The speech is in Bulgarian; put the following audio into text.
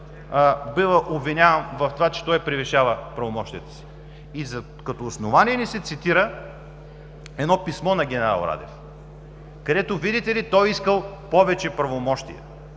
бива обвиняван в това, че превишава правомощията си? Като основание ни се цитира едно писмо на генерал Радев, където, видите ли, той искал повече правомощия.